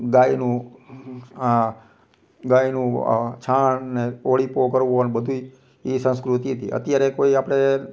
ગાયનું આ ગાયનું આ છાણ ને ઓળીપો કરવો ને બધુંય એ સંસ્કૃતિ હતી અત્યારે કોઈ આપણે